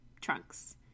trunks